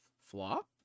flop